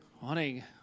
Morning